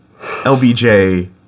LBJ